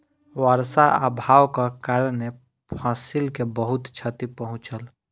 वर्षा अभावक कारणेँ फसिल के बहुत क्षति पहुँचल